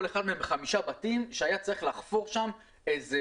בכל אחד מהם בחמישה בתים שהיה צריך לחפור שם איזה